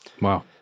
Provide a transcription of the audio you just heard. Wow